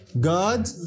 God